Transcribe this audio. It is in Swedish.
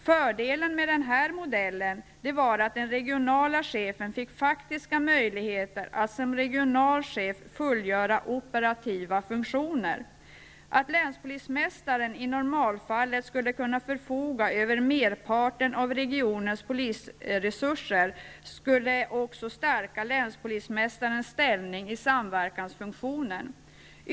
Fördelen med den modellen var att den regionala chefen fick faktiska möjligheter att som regionalchef fullfölja operativa funktioner. Att länspolismästaren i normalfallet skulle kunna förfoga över merparten av regionens polisresurser skulle också stärka länspolismästarens ställning i samverkansfunktionen.